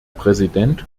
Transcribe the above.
präsident